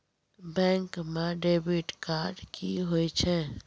Bank म debit card की होय छै?